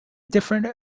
different